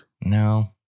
no